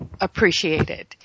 appreciated